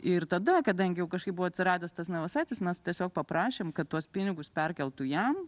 ir tada kadangi jau kažkaip buvo atsiradęs tas navasaitis mes tiesiog paprašėm kad tuos pinigus perkeltų jam